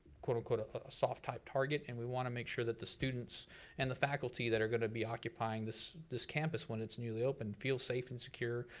quote, unquote, a soft type target, and we wanna make sure that the students and the faculty that are gonna be occupying this this campus when it's newly opened, feel safe and secure,